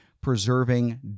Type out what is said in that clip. preserving